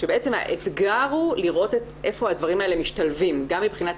כשבעצם האתגר הוא לראות איפה הדברים האלה משתלבים גם מבחינת